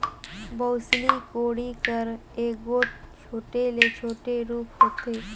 बउसली कोड़ी कर एगोट छोटे ले छोटे रूप होथे